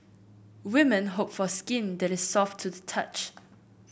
women hope for skin that is soft to the touch